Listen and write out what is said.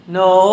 no